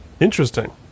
Interesting